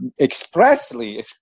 expressly